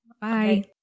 Bye